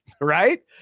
right